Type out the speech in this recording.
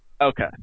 Okay